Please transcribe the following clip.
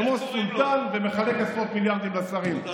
כמו סולטאן ומחלק עשרות מיליארדים לשרים,